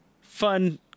fun